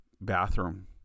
bathroom